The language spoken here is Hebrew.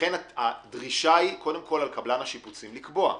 לכן הדרישה היא קודם כל על קבלן השיפוצים לקבוע,